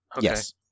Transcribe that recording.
Yes